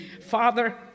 Father